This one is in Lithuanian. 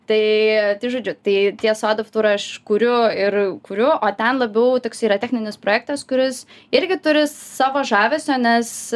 tai tai žodžiu ties soda futūra aš kuriu ir kuriu o ten labiau toks yra techninis projektas kuris irgi turi savo žavesio nes